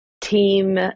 team